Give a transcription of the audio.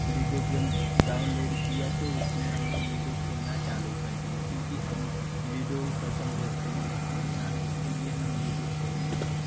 ludo game download किया तो उसमें हम लोग लूडो खेलना चालू कर दिया क्योंकि हम लूडो ही पसँद करते हैं खेलना है इसके लिए हम लूडो खेलते हैं